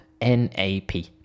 N-A-P